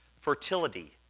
fertility